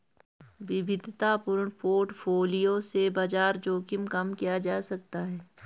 विविधतापूर्ण पोर्टफोलियो से बाजार जोखिम कम किया जा सकता है